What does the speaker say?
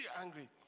angry